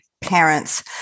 parents